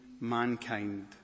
mankind